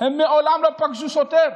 מעולם לא פגשו שוטר,